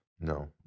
No